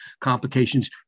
complications